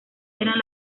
eran